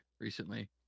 recently